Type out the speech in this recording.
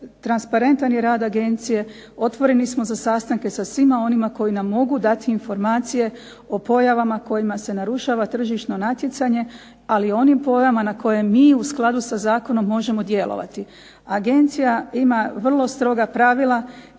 Transparentan je rad agencije, otvoreni smo za sastanke sa svima onima koji nam mogu dati informacije o pojavama kojima se narušava tržišno natjecanje, ali na onim pojavama koje mi u skladu sa zakonom možemo djelovati. Agencija ima vrlo stroga pravila,